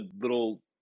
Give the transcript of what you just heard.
little